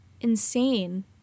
insane